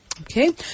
Okay